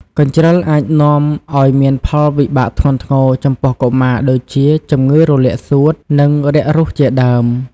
កញ្ជ្រឹលអាចនាំឱ្យមានផលវិបាកធ្ងន់ធ្ងរចំពោះកុមារដូចជាជំងឺរលាកសួត និងរាគរួសជាដើម។